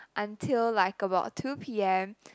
until like about two p_m